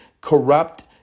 corrupt